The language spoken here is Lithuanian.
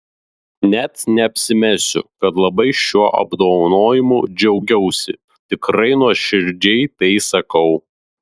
net neapsimesiu kad labai šiuo apdovanojimu džiaugiausi tikrai nuoširdžiai tai sakau